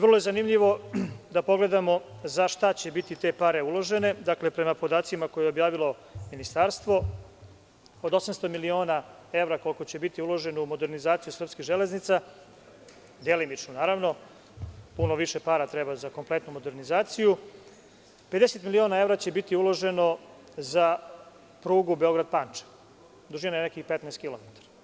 Vrlo je zanimljivo da pogledamo za šta će biti te pare uložene, a prema podacima što je objavilo ministarstvo od 800 miliona evra koliko će biti uloženo u modernizaciju srpskih železnica, delimično, jer mnogo više para treba za kompletnu modernizaciju, 50 miliona evra će biti uloženo za prugu Beograd-Pančevo, dužine 15 km.